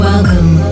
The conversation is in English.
Welcome